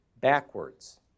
backwards